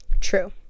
true